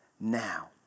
now